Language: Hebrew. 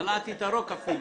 בלעתי את הרוק אפילו.